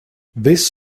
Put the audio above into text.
this